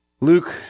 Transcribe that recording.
Luke